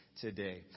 today